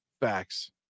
facts